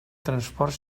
transport